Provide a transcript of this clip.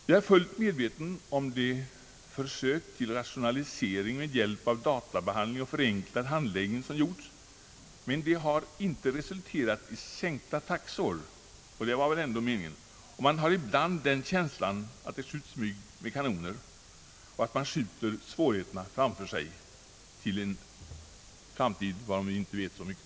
Jag är fullt medveten om de försök till rationalisering med hjälp av databehandling och förenklad handläggning som gjorts. De har dock inte resulterat i sänkta taxor, och detta var väl ändå meningen. Man har ibland den känslan att det skjuts mygg med kanoner och att svårigheterna lämnas över till en framtid varom vi inte vet så mycket.